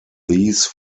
these